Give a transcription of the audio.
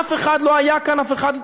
אף אחד לא היה כאן, אף אחד.